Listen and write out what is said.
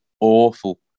awful